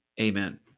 Amen